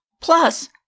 plus